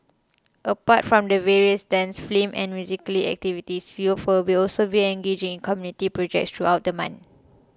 apart from the various dance film and musically activities youths for bill serve engaging in community projects throughout the month